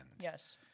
yes